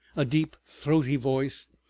a deep throaty voice,